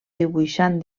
dibuixant